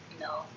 No